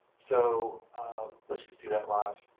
so let's just do that live.